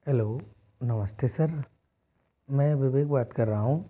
hello नमस्ते sir मैं विवेक बात कर रहा हूँ